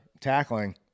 tackling